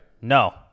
no